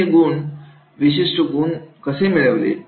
तुम्ही हे विशिष्ट गुण कसे मिळाले